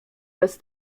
bez